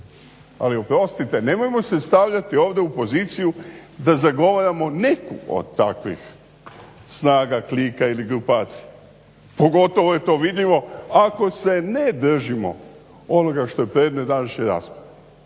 Ali oprostite, nemojmo se stavljati ovdje u poziciju da zagovaramo neku od takvih snaga klika ili grupacije. Pogotovo je to vidljivo ako se ne držimo onoga što je predmet današnje rasprave.